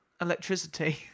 electricity